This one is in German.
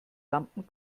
lampen